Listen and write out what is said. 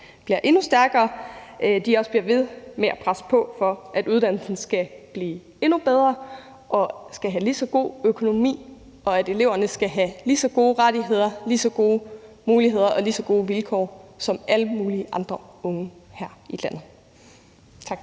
bliver endnu stærkere, også bliver ved med at presse på for, at uddannelsen skal blive endnu bedre og skal have lige så god økonomi, og at eleverne skal have lige så gode rettigheder, lige så gode muligheder og lige så gode vilkår som alle mulige andre unge her i landet. Tak.